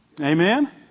Amen